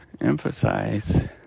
emphasize